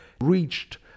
reached